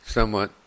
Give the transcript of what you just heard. Somewhat